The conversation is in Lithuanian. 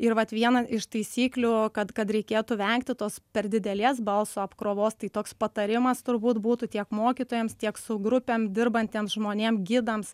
ir vat viena iš taisyklių kad kad reikėtų vengti tos per didelės balso apkrovos tai toks patarimas turbūt būtų tiek mokytojams tiek su grupėm dirbantiems žmonėm gidams